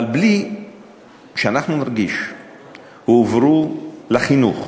אבל בלי שאנחנו נרגיש הועברו לחינוך,